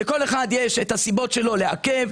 לכל אחד יש את הסיבות שלו לעכב,